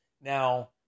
Now